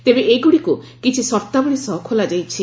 ତେବେ ଏଗୁଡ଼ିକୁ କିଛି ସର୍ତ୍ତାବଳୀ ସହ ଖୋଲାଯାଇଛି